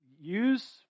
use